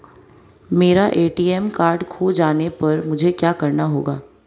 मेरा ATM card खो जाने पर मुझे क्या करना होगा?